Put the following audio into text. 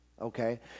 Okay